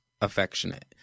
affectionate